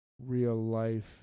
real-life